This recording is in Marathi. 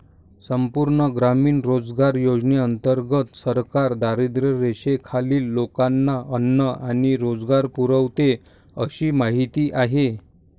संपूर्ण ग्रामीण रोजगार योजनेंतर्गत सरकार दारिद्र्यरेषेखालील लोकांना अन्न आणि रोजगार पुरवते अशी माहिती आहे